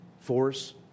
force